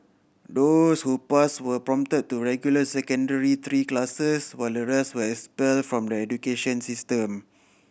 those who passed were promoted to regular Secondary Three classes while the rest were expelled from the education system